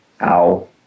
Ow